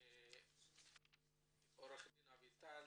עו"ד אביטל